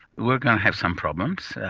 we're going to have some problems,